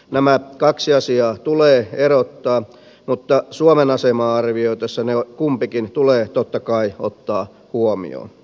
nämä kaksi asiaa tulee erottaa mutta suomen asemaa arvioitaessa ne kumpikin tulee totta kai ottaa huomioon